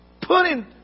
putting